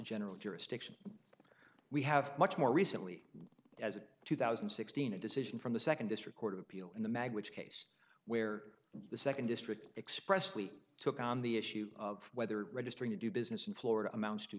general jurisdiction we have much more recently as it two thousand and sixteen a decision from the second district court of appeal in the magwitch case where the second district expressly took on the issue of whether registering to do business in florida amounts